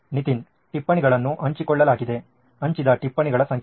ನಿತಿನ್ ಟಿಪ್ಪಣಿಗಳನ್ನು ಹಂಚಿಕೊಳ್ಳಲಾಗಿದೆ ಹಂಚಿದ ಟಿಪ್ಪಣಿಗಳ ಸಂಖ್ಯೆ